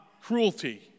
cruelty